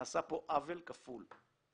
נעשה פה עוול כפול.